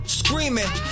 screaming